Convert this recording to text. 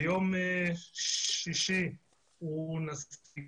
ביום שישי הוא נסע